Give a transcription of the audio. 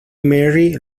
marry